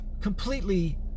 completely